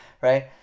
right